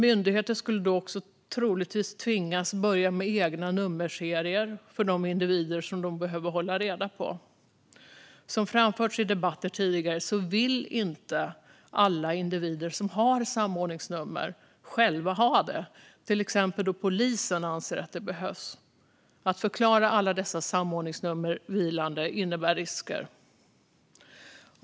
Myndigheter skulle troligtvis tvingas börja med egna nummerserier för de individer som de behöver hålla reda på. Som framförts i debatter tidigare vill inte alla individer som har samordningsnummer själva ha det, till exempel då polisen anser att det behövs. Att förklara alla dessa samordningsnummer vilande innebär risker.